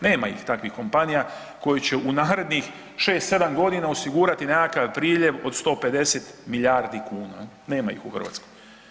Nema ih takvih kompanija koji će u narednih 6-7.g. osigurati nekakav priljev od 150 milijardi kuna, nema ih u Hrvatskoj.